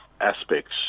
aspects